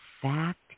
fact